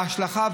ההשלכה,